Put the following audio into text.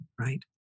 right